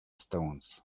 stones